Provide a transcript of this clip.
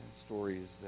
stories